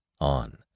on